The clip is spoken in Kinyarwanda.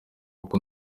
kuko